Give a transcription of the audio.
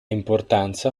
importanza